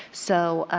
so,